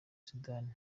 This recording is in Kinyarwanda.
sudani